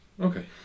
Okay